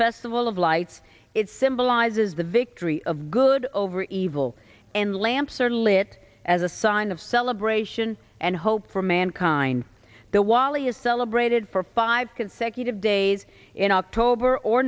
festival of lights it symbolizes the victory of good over evil and lamps are lit as a sign of celebration and hope for mankind the wyly is celebrated for five consecutive days in october or